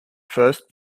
first